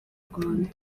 rwanda